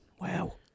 Wow